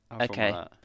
Okay